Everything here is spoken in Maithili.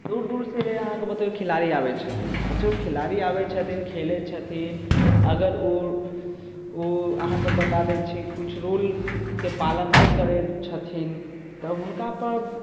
ओ दूर से मतलब अहाँके खेलाड़ी आबै छथिन आ जब खेलाड़ी आबै छथिन खेलै छथिन अगर अहाँके हम बता दै छी किछु रूलके पालन नहि करै छथिन तब हुनका पर